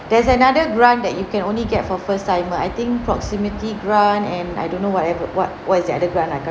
there's another grant that you can only get for first timer I think proximity grant and I don't know whatever what is the other grant I can't